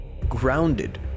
Grounded